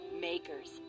makers